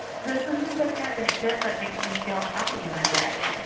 this this is the kind of shit that makes me feel happy in a day.